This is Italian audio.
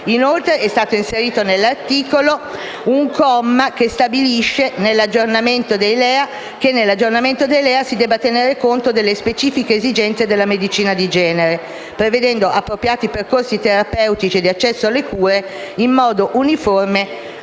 Inoltre, è stato inserito nell'articolo un comma che stabilisce che nell'aggiornamento dei LEA si deve tenere conto delle specifiche esigenze della medicina di genere, prevedendo appropriati percorsi terapeutici e di accesso alle cure in modo uniforme